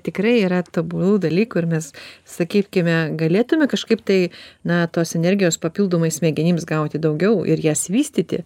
tikrai yra tobulų dalykų ir mes sakykime galėtume kažkaip tai na tos energijos papildomai smegenims gauti daugiau ir jas vystyti